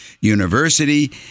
University